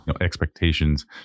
expectations